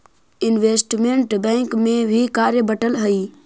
investment bank में भी कार्य बंटल हई